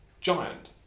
giant